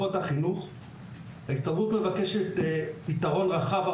ההסתדרות מבקשת פתרון רחב הרבה יותר לכלל המשק,